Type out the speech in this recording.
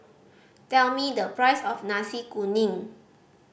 tell me the price of Nasi Kuning